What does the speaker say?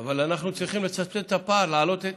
אבל אנחנו צריכים לצמצם את הפער, להעלות את